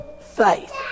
faith